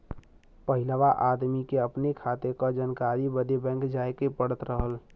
पहिलवा आदमी के आपन खाते क जानकारी बदे बैंक जाए क पड़त रहल